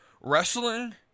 Wrestling